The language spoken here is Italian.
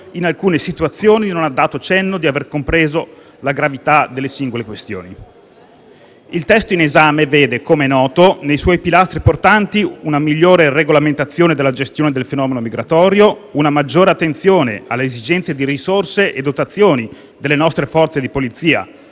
in alcune situazioni non ha dato cenno di aver compreso la gravità delle singole questioni. Il testo in esame vede, come è noto, nei suoi pilastri portanti una migliore regolamentazione della gestione del fenomeno migratorio, una maggiore attenzione alle esigenze di risorse e dotazioni delle nostre Forze di polizia